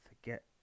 forget